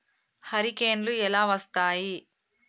హరికేన్లు ఎలా వస్తాయి?